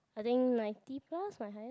I think ninety plus my highest